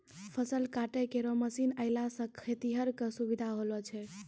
फसल काटै केरो मसीन आएला सें खेतिहर क सुबिधा होलो छै